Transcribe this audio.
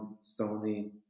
Stony